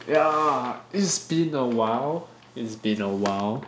yeah it's been awhile it's been awhile